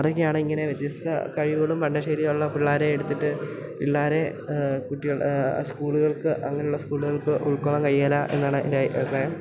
അതൊക്കെയാണ് ഇങ്ങനെ വ്യത്യസ്ത കഴിവുകളും പഠന ശൈലികളുള്ള പിള്ളേരെ എടുത്തിട്ട് പിള്ളേരെ കുട്ടികൾ സ്കൂളുകൾക്ക് അങ്ങനെയുള്ള സ്കൂളുകൾക്ക് ഉൾക്കൊള്ളാൻ കഴിയില്ല എന്നാണ് എൻ്റെ അഭിപ്രായം